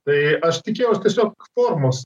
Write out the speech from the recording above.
tai aš tikėjaus tiesiog formos